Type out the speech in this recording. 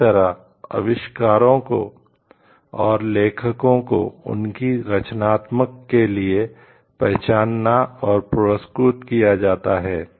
उसी तरह आविष्कारकों और लेखकों को उनकी रचनात्मकता के लिए पहचाना और पुरस्कृत किया जाता है